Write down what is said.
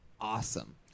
awesome